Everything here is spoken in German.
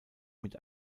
mit